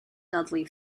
dudley